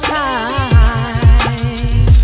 time